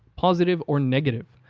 positive or negative,